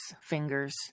fingers